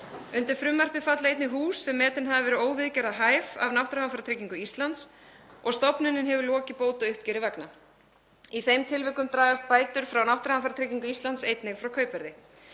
Undir frumvarpið falla einnig hús sem metin hafa verið óviðgerðarhæf af Náttúruhamfaratryggingu Íslands og stofnunin hefur lokið bótauppgjöri vegna. Í þeim tilvikum dragast bætur frá Náttúruhamfaratryggingu Íslands einnig frá kaupverði.